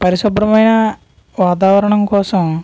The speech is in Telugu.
పరిశుభ్రమైన వాతావరణం కోసం